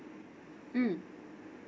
mm